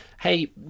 hey